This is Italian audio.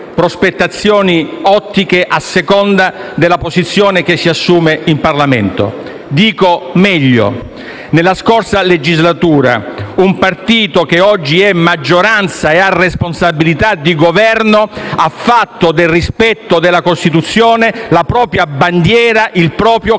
prospettive differenti a seconda della posizione che si assume in Parlamento. Dico meglio: nella scorsa legislatura un partito, che oggi è maggioranza e ha responsabilità di Governo, ha fatto del rispetto della Costituzione la propria bandiera, il proprio cavallo